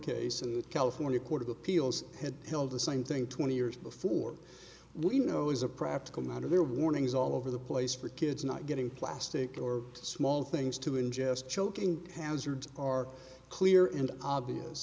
the california court of appeals has held the same thing twenty years before we know as a practical matter there warnings all over the place for kids not getting plastic or small things to ingest choking hazards are clear and obvious